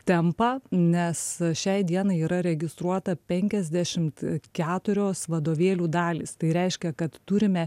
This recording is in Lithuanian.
tempą nes šiai dienai yra registruota penkiasdešim keturios vadovėlių dalys tai reiškia kad turime